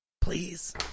Please